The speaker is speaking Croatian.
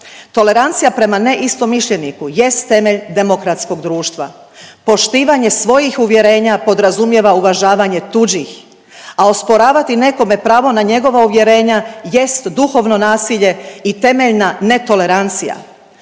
Tolerancija prema neistomišljeniku jest temelj demokratskog društva. Poštivanje svojih uvjerenja podrazumijeva uvažavanje tuđih a osporavati nekome pravo na njegova uvjerenja jest duhovno nasilje i temeljna netolerancija.